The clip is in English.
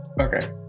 Okay